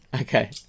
Okay